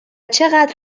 چقدر